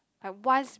like once